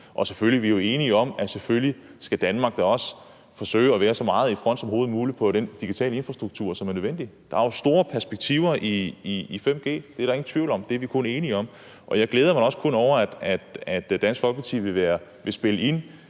da selvfølgelig enige om, at Danmark også skal forsøge at være så meget i front som overhovedet muligt med hensyn til den digitale infrastruktur, som er nødvendig. Der er jo store perspektiver i 5G – det er der ingen tvivl om, det er vi kun enige om – og jeg glæder mig da også kun over, at Dansk Folkeparti vil spille ind